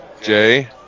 Jay